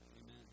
Amen